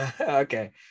Okay